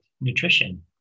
nutrition